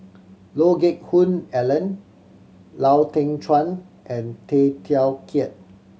Lee Geck Hoon Ellen Lau Teng Chuan and Tay Teow Kiat